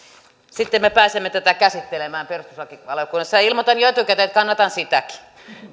sitten me pääsemme tätä käsittelemään perustuslakivaliokunnassa ja ilmoitan jo etukäteen että kannatan sitäkin